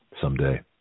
someday